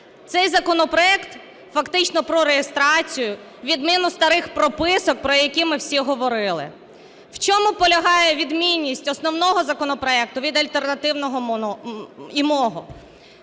Цей законопроект фактично про реєстрацію, відміну старих прописок, про які ми всі говорили. В чому полягає відмінність основного законопроекту від альтернативного і мого.